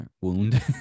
wound